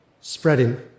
spreading